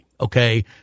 okay